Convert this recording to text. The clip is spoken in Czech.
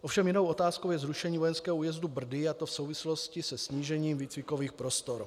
Ovšem jinou otázkou je zrušení vojenského újezdu Brdy, a to v souvislosti se snížením výcvikových prostor.